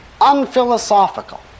unphilosophical